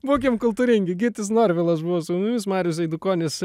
būkim kultūringi gytis norvilas buvo su mumis marius eidukonis